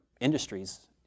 industries